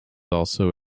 also